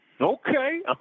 Okay